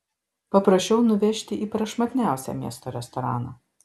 paprašiau nuvežti į prašmatniausią miesto restoraną